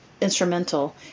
instrumental